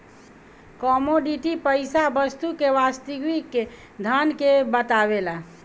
commodity पईसा वस्तु के वास्तविक धन के बतावेला